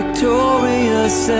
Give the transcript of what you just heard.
Victorious